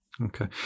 Okay